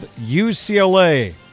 UCLA